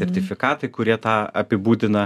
sertifikatai kurie tą apibūdina